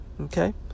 Okay